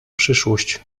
przyszłość